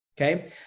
Okay